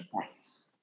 Yes